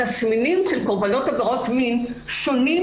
התסמינים של קורבנות עבירות מין שונים